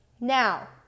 Now